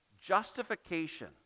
Justification